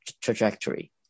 trajectory